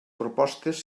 propostes